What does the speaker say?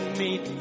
meet